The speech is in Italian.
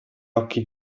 occhi